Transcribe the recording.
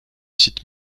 sites